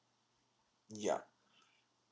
ya